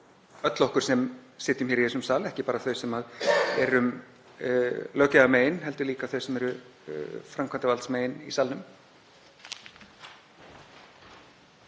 öll okkur sem sitjum hér í þessum sal, ekki bara þau sem eru löggjafa megin, heldur líka þau sem eru framkvæmdarvalds megin í salnum.